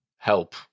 help